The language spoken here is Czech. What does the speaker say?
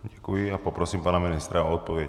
Děkuji a poprosím pana ministra o odpověď.